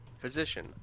physician